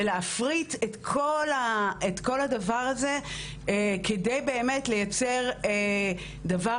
ולהפריט את כל הדבר הזה כדי לייצר דבר